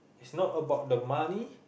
it's not about the money